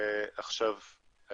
עכשיו,